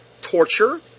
torture